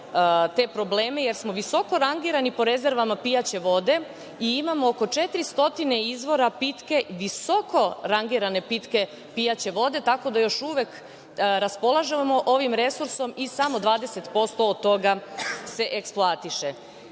te probleme, jer smo visoko rangirani po rezervama pijaće vode i imamo oko 400 izvora visoko rangirane pitke pijaće vode. Tako da još uvek raspolažemo ovim resursom i samo 20% od toga se eksploatiše.